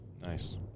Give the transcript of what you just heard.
Nice